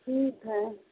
ठीक हइ